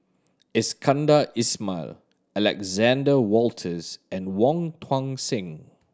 Iskandar Ismail Alexander Wolters and Wong Tuang Seng